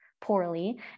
poorly